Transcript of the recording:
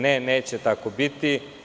Ne neće tako biti.